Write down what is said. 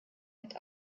mit